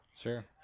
Sure